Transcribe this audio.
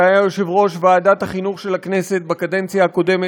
שהיה יושב-ראש ועדת החינוך של הכנסת בקדנציה הקודמת,